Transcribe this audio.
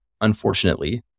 unfortunately